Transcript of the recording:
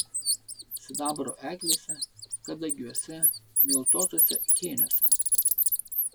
sidabro eglėse kadagiuose miltuotuose kėniuose